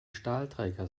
stahlträger